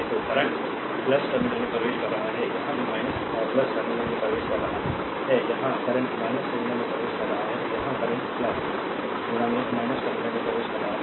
तो current terminal में प्रवेश कर रहा है यहाँ भी टर्मिनल में प्रवेश कर रहा है यहाँ करंट टर्मिनल में प्रवेश कर रहा है और यहाँ करंट टर्मिनल में प्रवेश कर रहा है